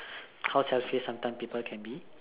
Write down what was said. how selfish sometime people can be